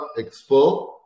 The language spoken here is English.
Expo